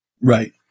right